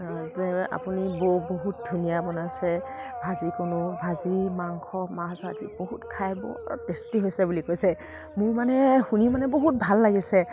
যে আপুনি বৌ বহুত ধুনীয়া বনাইছে ভাজিকণো ভাজি মাংস মাছ আদি বহুত খাই বৰ টেষ্টী হছে বুলি কৈছে মোৰ মানে শুনি মানে বহুত ভাল লাগিছে